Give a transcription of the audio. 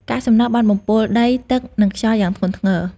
កាកសំណល់បានបំពុលដី ទឹក និងខ្យល់យ៉ាងធ្ងន់ធ្ងរ។